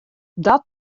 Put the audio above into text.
dat